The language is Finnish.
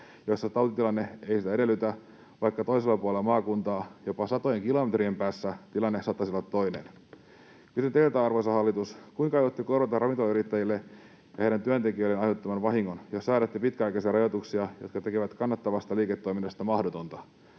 joissa tautitilanne ei sitä edellytä, vaikka toisella puolella maakuntaa, jopa satojen kilometrien päässä, tilanne saattaisi olla toinen? Kysyn teiltä, arvoisa hallitus: Kuinka aiotte korvata ravintolayrittäjille ja heidän työntekijöilleen aiheuttamanne vahingon, jos säädätte pitkäaikaisia rajoituksia, jotka tekevät kannattavasta liiketoiminnasta mahdotonta?